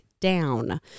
down